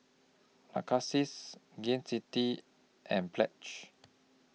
Narcissus Gain City and Pledge